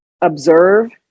observe